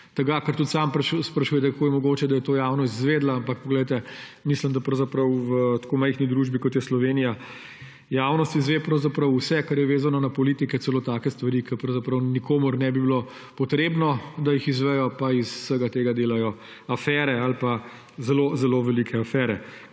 tega, kar tudi sami sprašujete, kako je mogoče, da je to javnost izvedla, ampak mislim, da pravzaprav v tako majhni družbi, kot je Slovenija, javnost izve pravzaprav vse, kar je vezano na politike, celo take stvari, ki pravzaprav za nikogar ne bi bilo potrebno, da jih izvedo, pa iz vsega tega delajo afere ali pa zelo zelo velike afere,